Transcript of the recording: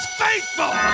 faithful